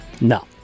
No